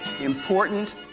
Important